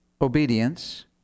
obedience